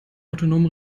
autonomen